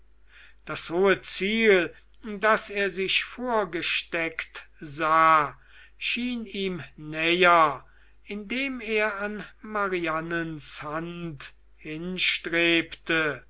das hohe ziel das er sich vorgesteckt sah schien ihm näher indem er an marianens hand hinstrebte